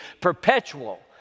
perpetual